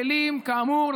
כאמור,